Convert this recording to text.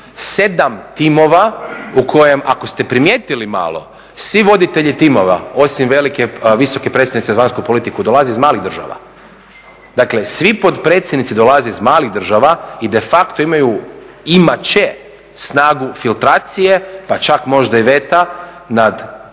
7 timova u kojima ako ste primijetili malo svi voditelji timova osim visoke predstavnice za vanjsku politiku dolazi iz malih država, dakle svi potpredsjednici dolaze iz malih država i de facto imat će snagu filtracije pa čak možda i veta nad